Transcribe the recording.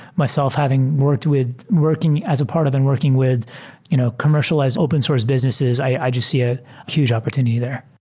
myself having worked with working as a part of and working with you know commercialized open source businesses, i jus t see a huge opportunity there.